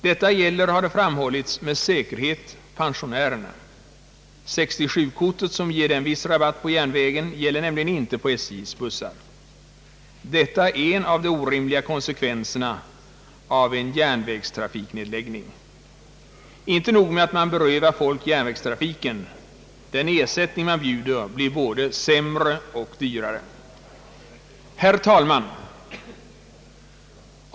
Detta gäller, har det framhållits, med säkerhet pensionärerna. 67-kortet, som ger viss rabatt på järnvägen, gäller nämligen inte på SJ:s bussar. Detta är en av de orimliga konsekvenserna av en järnvägstrafiknedläggning. Inte nog med att man berövar folk järnvägstrafiken. Den ersättning man bjuder blir både sämre och dyrare. Herr talman!